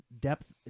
depth